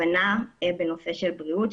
הבנה בנושא של בריאות,